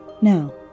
Now